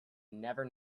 never